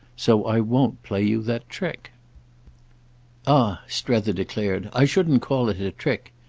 so i won't play you that trick ah, strether declared, i shouldn't call it a trick.